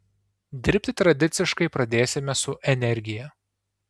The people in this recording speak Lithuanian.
dirbti tradiciškai pradėsime su energija